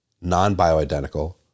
non-bioidentical